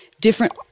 different